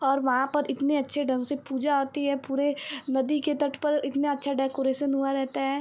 और वहाँ पर इतने अच्छे ढंग से पूजा होती है पूरे नदी के तट पर इतना अच्छा डेकोरेसन हुआ रहता है